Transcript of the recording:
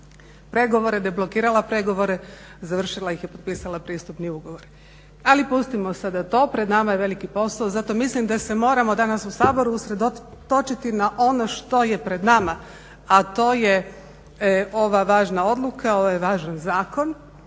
pregovore, deblokirala pregovore, završila ih, potpisala pristupni ugovor. Ali pustimo sada to, pred nama je veliki posao, zato mislim da se moramo danas u Saboru usredotočiti na ono što je pred nama a to je ova važna odluka, ovaj važan Zakon.